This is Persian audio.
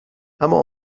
اما